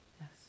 Yes